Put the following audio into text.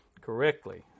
correctly